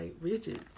rigid